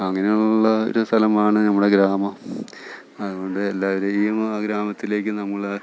അങ്ങനുള്ള ഒരു സ്ഥലമാണ് നമ്മുടെ ഗ്രാമം അതുകൊണ്ട് എല്ലാവരെയും ആ ഗ്രാമത്തിലേക്ക് നമ്മൾ